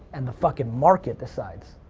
and the fucking market decides.